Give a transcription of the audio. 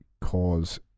Cause